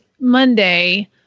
Monday